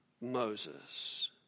Moses